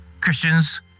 Christians